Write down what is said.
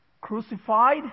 crucified